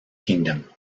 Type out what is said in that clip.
kingdom